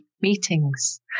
meetings